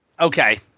Okay